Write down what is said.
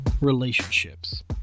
relationships